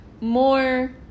more